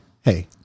hey